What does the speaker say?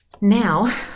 Now